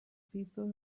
people